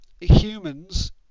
Humans